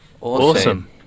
Awesome